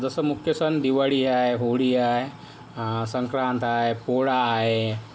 जसा मुख्य सण दिवाळी आहे होळी आहे संक्रांत आहे पोळा आहे